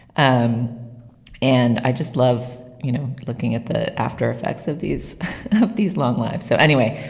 um and i just love, you know, looking at the after effects of these of these long live. so anyway,